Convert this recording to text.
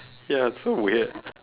ya so weird